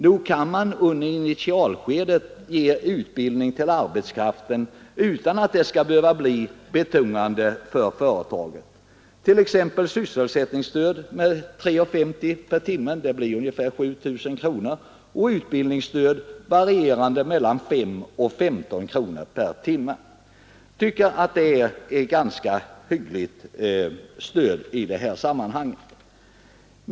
Nog kan man under initialskedet ge utbildning till arbetskraften utan att det behöver bli betungande för företaget. Sysselsättningsstöd med 3 kronor 50 öre per timme blir ungefär 5 000 kronor. Utbildningsstödet varierar mellan 5 och 15 kronor per timme. Jag tycker att det är ett ganska hyggligt stöd i det här sammanhanget.